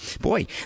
Boy